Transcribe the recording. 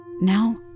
Now